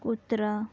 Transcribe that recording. कुत्रा